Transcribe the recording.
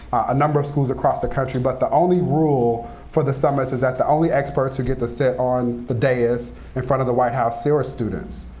a number of schools across the country. but the only rule for the summits is that the only experts who get to sit on the dais in front of the white house, there are students,